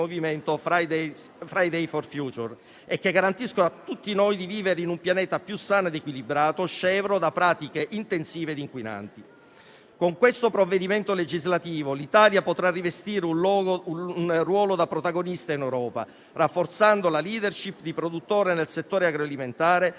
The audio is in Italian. che garantisca a tutti noi di vivere in un pianeta più sano ed equilibrato, scevro da pratiche intensive e inquinanti. Con questo provvedimento legislativo l'Italia potrà rivestire un ruolo da protagonista in Europa, rafforzando la *leadership* di produttore nel settore agroalimentare e,